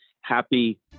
happy